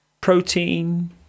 protein